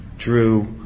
drew